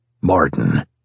Martin